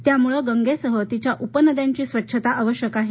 त्यामुळे गंगेसह तिच्या उपनद्यांची स्वच्छता आवश्यक आहे